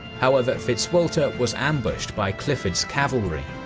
however, fitzwalter was ambushed by clifford's cavalry.